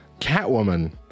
Catwoman